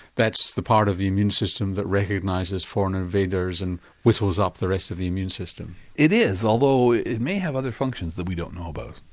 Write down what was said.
that's the part of the immune system that recognises foreign invaders and whistles up the rest of the immune system. it is, although it may have other functions that we don't know about.